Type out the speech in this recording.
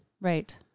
Right